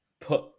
put